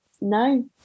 No